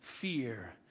fear